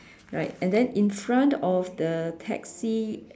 like and then in front of the taxi